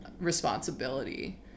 responsibility